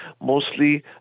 mostly